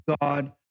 God